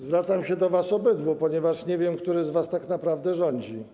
Zwracam się do was obydwu, ponieważ nie wiem, który z was tak naprawdę rządzi.